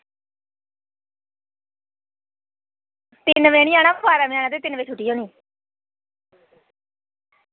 तिन बजे निं आना बारां बजे आना ते तिन बजे छुट्टी होनी